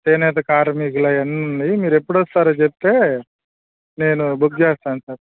చేనేత కార్మికుల అవన్ని ఉన్నాయి మీరు ఎప్పుడు వస్తారో చెప్తే నేను బుక్ చేస్తాను సార్